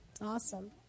Awesome